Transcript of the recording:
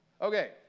Okay